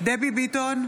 דבי ביטון,